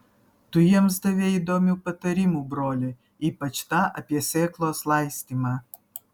tu jiems davei įdomių patarimų broli ypač tą apie sėklos laistymą